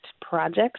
projects